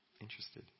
interested